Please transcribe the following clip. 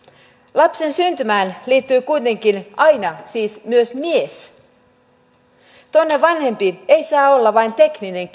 lapsen syntymään liittyy kuitenkin aina siis myös mies toinen vanhempi ei saa olla vain tekninen